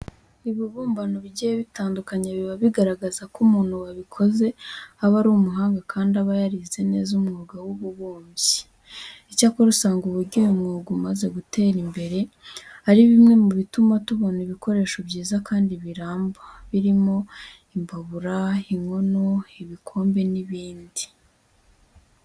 Ibibumbano bigiye bitandukanye biba bigaragaza ko umuntu wabikoze aba ari umuhanga kandi ko aba yarize neza umwuga w'ububumbyi. Icyakora usanga uburyo uyu mwuga umaze gutera imbere ari bimwe mu bituma tubona ibikoresho byiza kandi biramba birimo imbabura, inkono, ibikombe n'ibindi.